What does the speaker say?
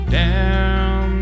down